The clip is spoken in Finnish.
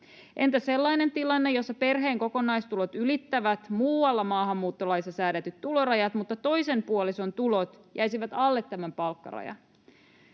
Entä sellainen tilanne, jossa perheen kokonaistulot ylittävät muualla maahanmuuttolaissa säädetyt tulorajat mutta toisen puolison tulot jäisivät alle tämän palkkarajan?